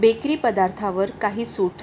bakery पदार्थावर काही सूट